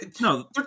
no